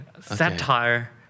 Satire